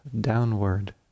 downward